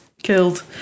Killed